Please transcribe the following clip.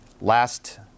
last